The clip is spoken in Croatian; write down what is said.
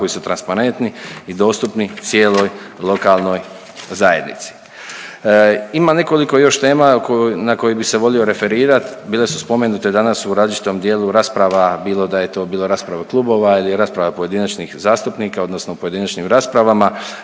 koji su transparentni i dostupni cijeloj lokalnoj zajednici. Ima nekoliko još tema na koje bi se volio referirati, bile su spomenute danas u različitom dijelu rasprava, bilo da je to bilo rasprava klubova ili rasprava pojedinačnih zastupnika, odnosno pojedinačnim raspravama,